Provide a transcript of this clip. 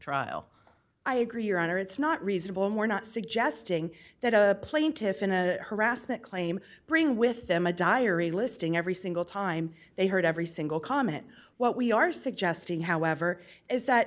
trial i agree your honor it's not reasonable and we're not suggesting that a plaintiff in a harassment claim bring with them a diary listing every single time they heard every single comment what we are suggesting however is that